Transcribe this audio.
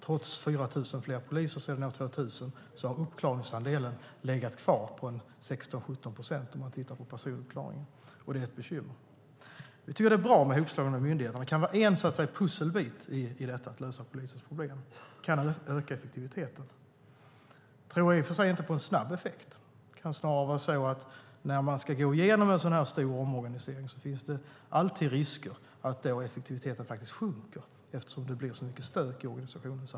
Trots 4 000 fler poliser sedan 2000 har uppklaringsandelen legat kvar på 16-17 procent om man tittar på personuppklaringen. Det är ett bekymmer. Vi tycker att det är bra med hopslagningen av myndigheterna. Det kan vara en pusselbit i detta med att lösa polisens problem. Det kan öka effektiviteten. Jag tror i och för sig inte på en snabb effekt. Det kan snarare finnas en risk, som det alltid gör när man går igenom en sådan här stor omorganisation, att effektiviteten faktiskt sjunker, eftersom det blir så mycket stök i organisationen.